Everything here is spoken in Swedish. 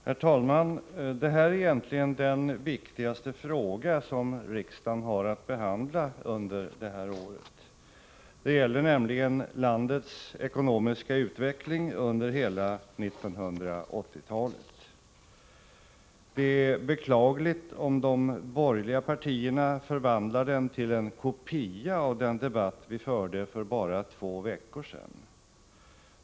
Herr talman! Detta är egentligen den viktigaste fråga som riksdagen har att behandla under det här året. Det gäller nämligen landets ekonomiska utveckling under hela 1980-talet. Därför är det beklagligt, om de borgerliga partierna förvandlar dagens debatt till en kopia av den debatt vi förde för bara två veckor sedan.